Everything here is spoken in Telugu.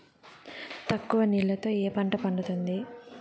తక్కువ నీళ్లతో ఏ పంట పండుతుంది?